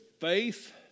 faith